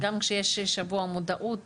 גם כשיש שבוע המודעות